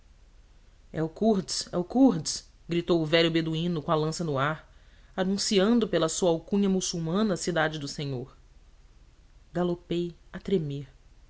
de enrogel el kurds el kurds gritou o velho beduíno com a lança no ar anunciando pela sua alcunha muçulmana a cidade do senhor galopei a tremer